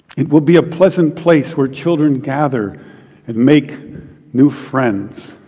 it would be a pleasant place where children gather and make new friends.